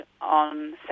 on